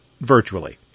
virtually